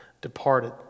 departed